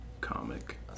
Comic